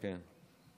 כן.